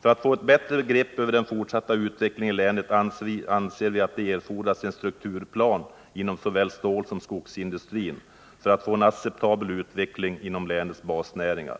För att få ett bättre grepp över den fortsatta utvecklingen i länet anser vi att det erfordras en strukturplan inom såväl stålsom skogsindustrin i syfte att få en acceptabel utveckling inom länets basnäringar.